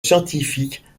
scientifique